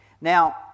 Now